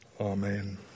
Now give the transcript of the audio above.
Amen